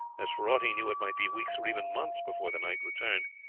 as for aught he knew it might be weeks or even months before the knight returned,